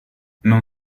non